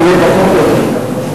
מה גזעני בחוק הזה?